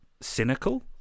cynical